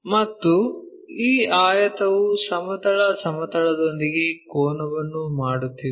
ಮತ್ತು ಈ ಆಯತವು ಸಮತಲ ಸಮತಲದೊಂದಿಗೆ ಕೋನವನ್ನು ಮಾಡುತ್ತಿದೆ